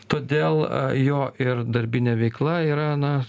todėl jo ir darbinė veikla yra na